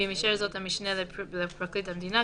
ואם אישר זאת המשנה לפרקליט המדינה,